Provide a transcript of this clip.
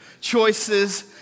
choices